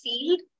field